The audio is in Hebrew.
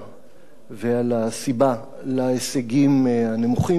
ועל הסיבה להישגים הנמוכים שלנו שם,